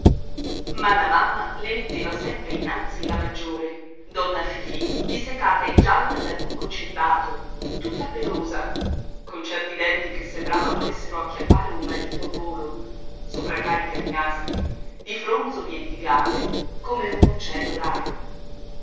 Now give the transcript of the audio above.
ma la mamma le metteva sempre innanzi la maggiore donna fifì disseccata e gialla dal lungo celibato tutta pelosa con certi denti che sembrava volessero acchiappare un marito a volo sopraccarica di nastri di fronzoli e di gale come un uccello raro